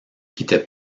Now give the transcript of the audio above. quittait